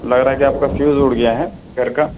لگ رہا ہے کہ آپ کا فیوز اڑ گیا ہے گھر کا